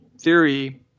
theory